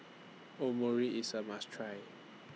Omurice IS A must Try